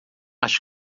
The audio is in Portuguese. acho